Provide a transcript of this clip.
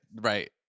Right